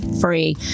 free